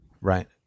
Right